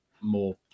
more